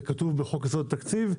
זה כתוב בחוק יסודות התקציב.